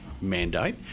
mandate